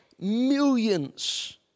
millions